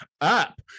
up